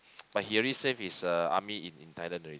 but he already serve his uh army in in Thailand already